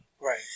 Right